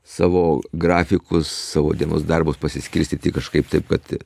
savo grafikus savo dienos darbus pasiskirstyti kažkaip taip kad